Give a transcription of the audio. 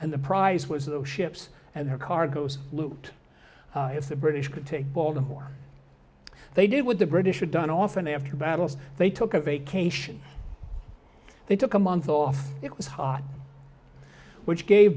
and the prize was those ships and their cargoes loot if the british could take baltimore they did what the british had done often after battles they took a vacation they took a month off it was hot which gave